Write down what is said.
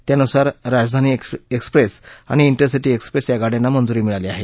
त्यानुसार राजधानी एक्सप्रेस आणि इध्विसिटी एक्सप्रेस या गाड्यात्ति मद्तुरी मिळाली आहे